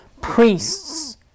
priests